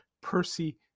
Percy